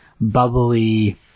bubbly